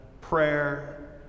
prayer